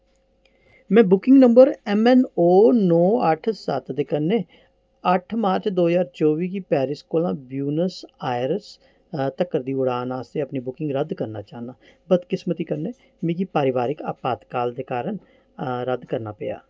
में booking number M N O नौ अट्ठ सत्त दे कन्नै अट्ठ मार्च दो ज्हार चौबी गी पैरिस कोला ब्यूनस आयर्स तक्कर दी उड़ान आस्तै अपनी बुकिंग रद्द करना चाह्न्नां बदकिस्मती कन्नै मिगी परिवारिक अपातकाल दे कारण रद्द करना पेआ